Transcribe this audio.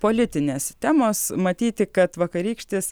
politinės temos matyti kad vakarykštis